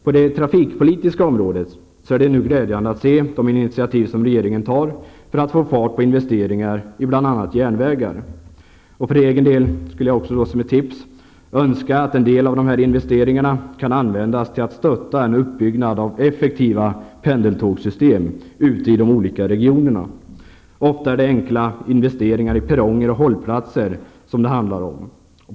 På det trafikpolitiska området är det nu glädjande att se de initiativ som regeringen tar för att få fart på investeringar i bl.a. järnvägar. För egen del skulle jag också önska att en del av dessa investeringar kan användas till att stötta en uppbyggnad av effektiva pendeltågsystem i de olika regionerna. Ofta är det enkla investeringar i perronger och hållplatser det handlar om.